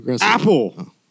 Apple